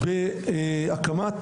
בהקמת